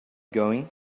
going